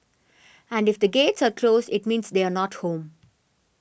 and if the gates are closed it means they are not home